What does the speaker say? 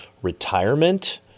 retirement